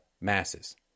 masses